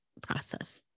process